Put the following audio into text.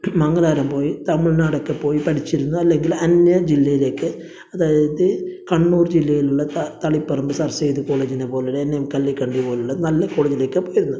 മംഗലാപുരം പോയി തമിഴ് നാടൊക്കെ പോയി പഠിച്ചിരുന്നു അല്ലങ്കിൽ അന്യ ജില്ലയിലേക്ക് അതായത് കണ്ണൂർ ജില്ലയിലുള്ള തളിപ്പറമ്പ് സർ സെയ്ദ് കോളേജിനെ പോലുള്ള എൻ എ എം കല്ലിക്കണ്ടി പോലുള്ള നല്ല കോളേജിലേക്ക് പോയിരുന്നു